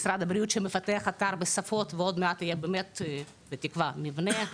משרד הבריאות שמפתח אתר בשפות ועוד מעט יהיה באמת מובנה ברור,